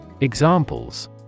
Examples